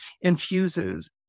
infuses